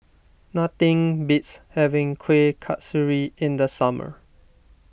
nothing beats having Kueh Kasturi in the summer